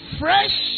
fresh